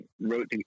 wrote